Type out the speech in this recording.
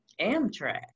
Amtrak